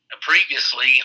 previously